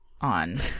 on